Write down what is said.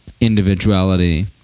individuality